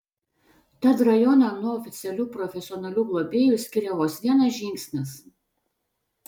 tad rajoną nuo oficialių profesionalių globėjų skiria vos vienas žingsnis